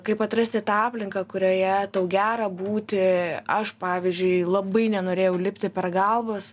kaip atrasti tą aplinką kurioje tau gera būti aš pavyzdžiui labai nenorėjau lipti per galvas